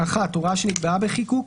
הוראה שנקבעה בחיקוק,